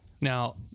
Now